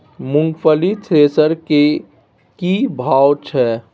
मूंगफली थ्रेसर के की भाव छै?